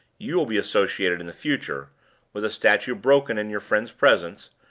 you will be associated in the future with a statue broken in your friend's presence,